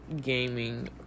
gaming